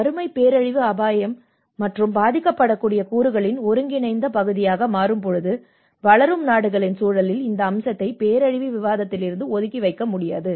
வறுமை பேரழிவு ஆபத்து மற்றும் பாதிக்கப்படக்கூடிய கூறுகளின் ஒருங்கிணைந்த பகுதியாக மாறும் போது வளரும் நாடுகளின் சூழலில் இந்த அம்சத்தை பேரழிவு விவாதத்திலிருந்து ஒதுக்கி வைக்க முடியாது